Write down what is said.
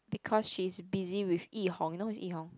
because she's busy with Yi-Hong you know who is Yi-Hong